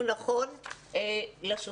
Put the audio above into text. הוא נכון לשוטף.